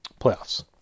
playoffs